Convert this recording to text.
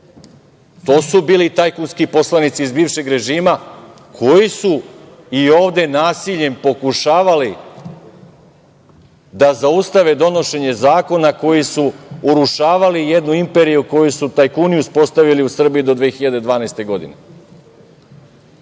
To su bili tajkunski poslanici iz bivšeg režima koji su i ovde nasiljem pokušavali da zaustave donošenje zakona koji su urušavali jednu imperiju koju su tajkuni uspostavili u Srbiji do 2012. godine. Tu